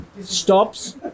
stops